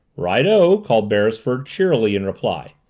righto! called beresford cheerily in reply.